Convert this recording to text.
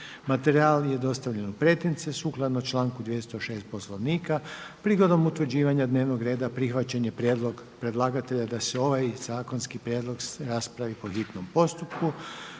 materijal vam je dostavljen u pretince. Prigodom utvrđivanja dnevnog reda prihvatili smo prijedlog predlagatelja da se ovaj zakonski prijedlog raspravi po hitnom postupku.